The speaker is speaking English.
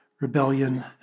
rebellion